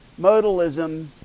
Modalism